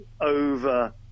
over